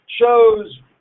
shows